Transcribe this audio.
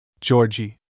Georgie